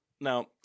now